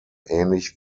ähnlich